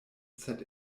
sed